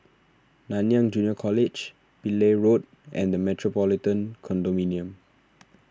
Nanyang Junior College Pillai Road and the Metropolitan Condominium